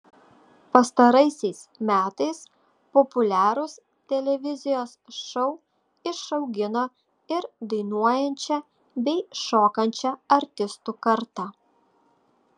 pastaraisiais metais populiarūs televizijos šou išaugino ir dainuojančią bei šokančią artistų kartą